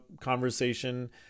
conversation